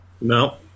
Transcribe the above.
No